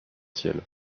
ciel